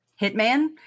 Hitman